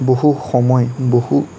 বহু সময় বহু